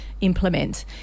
implement